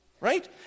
right